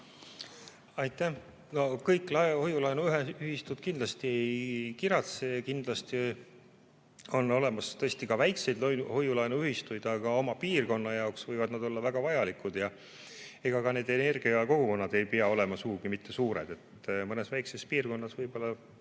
Aitäh! No kõik hoiu-laenuühistud kindlasti ei kiratse. On olemas tõesti ka väikseid hoiu-laenuühistuid, aga oma piirkonna jaoks võivad nad olla väga vajalikud. Ka need energiakogukonnad ei pea olema sugugi suured. Mõnes väikeses piirkonnas võib olla